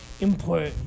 Import